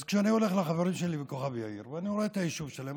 אז כשאני הולך לחברים שלי בכוכב יאיר ואני רואה את היישוב שלהם,